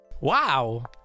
Wow